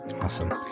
Awesome